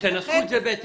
אם כן, נסחו את זה בהתאם.